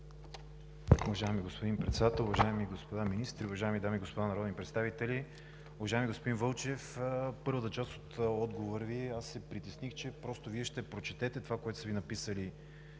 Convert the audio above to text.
Уважаеми господин Председател, уважаеми господа министри, уважаеми дами и господа народни представители! Уважаеми господин Вълчев, в първата част от отговора Ви се притесних, че ще прочетете това, което са Ви написали